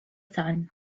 sun